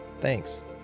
Thanks